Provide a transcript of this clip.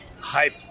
hype